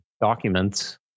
documents